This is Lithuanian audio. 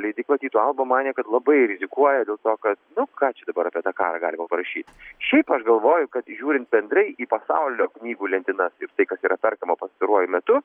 leidykla tyto alba manė kad labai rizikuoja dėl to kad nu ką čia dabar apie tą karą galima parašyt šiaip aš galvoju kad žiūrint bendrai į pasaulio knygų lentynas ir tai kas yra perkama pastaruoju metu